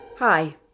Hi